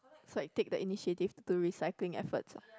so I take the initiative to recycling efforts ah